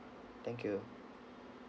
thank you